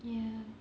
ya